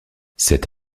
cette